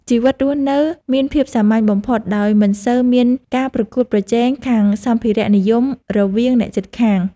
ជីវិតរស់នៅមានភាពសាមញ្ញបំផុតដោយមិនសូវមានការប្រកួតប្រជែងខាងសម្ភារៈនិយមរវាងអ្នកជិតខាង។